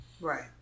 Right